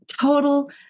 total